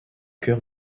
chœur